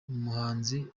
umuhanzi